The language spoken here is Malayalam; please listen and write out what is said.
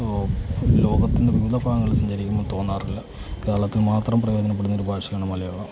ഓ ലോകത്തിൻ്റെ വിവിധ ഭാഗങ്ങളിൽ സഞ്ചരിക്കുമ്പോൾ തോന്നാറില്ല കേരളത്തിൽ മാത്രം പ്രയോജനപ്പെടുന്ന ഒരു ഭാഷയാണ് മലയാളം